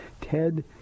Ted